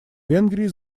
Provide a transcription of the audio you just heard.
венгрии